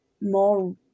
more